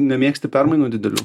nemėgsti permainų didelių